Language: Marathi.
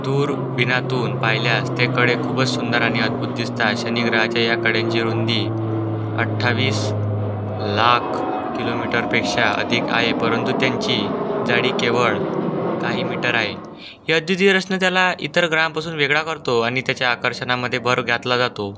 दूर बिनातून पाहिल्यास ते कडे खूपच सुंदर आणि अद्भुत दिसतात शनिग्रहाच्या या कड्यांची रुंदी अठ्ठावीस लाख किलोमीटरपेक्षा अधिक आहे परंतु त्यांची जाडी केवळ काही मीटर आहे ही अद्वितीय रचना त्याला इतर ग्रहांपासून वेगळा करतो आणि त्याच्या आकर्षणामध्ये भर घातला जातो